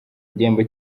igihembo